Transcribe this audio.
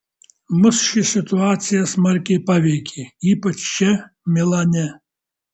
mus ši situacija smarkiai paveikė ypač čia milane